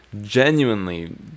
genuinely